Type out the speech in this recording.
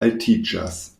altiĝas